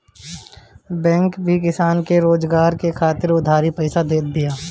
bank भी किसान के रोजगार करे खातिर उधारी पईसा देत बिया